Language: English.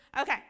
Okay